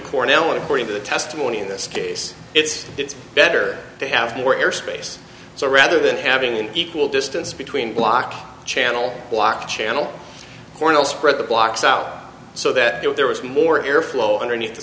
cornell according to the testimony in this case it's it's better to have more air space so rather than having an equal distance between block channel block channel kornel spread the blocks out so that there was more air flow underneath the